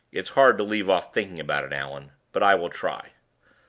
it's hard to leave off thinking about it, allan. but i will try.